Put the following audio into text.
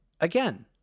again